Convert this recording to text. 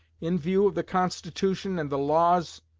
in view of the constitution and the laws,